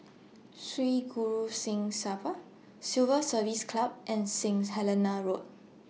Sri Guru Singh Sabha Civil Service Club and Saint Helena Road